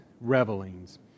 revelings